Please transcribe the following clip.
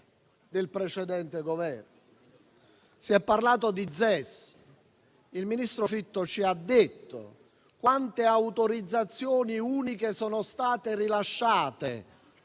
del precedente Governo. Si è parlato di ZES. Il ministro Fitto ci ha detto quante autorizzazioni uniche sono state rilasciate: